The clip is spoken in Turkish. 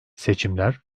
seçimler